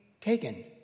taken